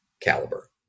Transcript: caliber